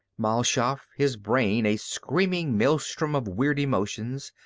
mal shaff, his brain a screaming maelstrom of weird emotions,